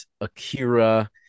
Akira